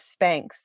Spanx